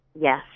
Yes